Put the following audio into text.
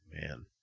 man